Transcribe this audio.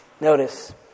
Notice